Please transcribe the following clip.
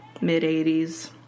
mid-80s